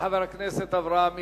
לחבר הכנסת אברהם מיכאלי.